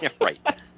right